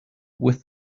with